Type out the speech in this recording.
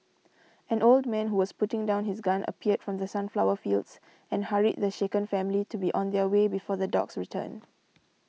an old man who was putting down his gun appeared from the sunflower fields and hurried the shaken family to be on their way before the dogs return